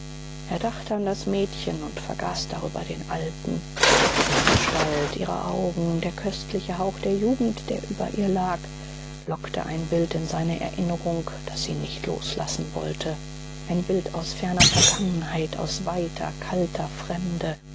er dachte an das mädchen und vergaß darüber den alten ihre gestalt ihre augen der köstliche hauch der jugend der über ihr lag lockte ein bild in seine erinnerung das ihn nicht loslassen wollte ein bild aus ferner vergangenheit aus weiter kalter fremde